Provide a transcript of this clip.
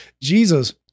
Jesus